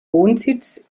wohnsitz